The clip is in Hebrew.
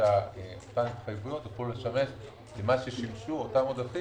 שאותן התחייבויות יוכלו לשמש למה ששימשו אותם עודפים